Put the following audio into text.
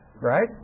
right